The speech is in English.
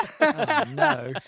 no